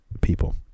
people